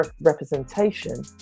representation